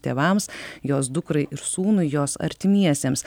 tėvams jos dukrai ir sūnui jos artimiesiems